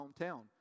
hometown